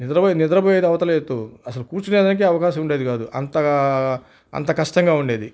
నిద్రపోయే నిద్రపోయేది అవతల ఎత్తు అసలు కూర్చొనే దానికే అవకాశం ఉండేది కాదు అంతగా అంత కష్టంగా ఉండేది